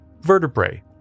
vertebrae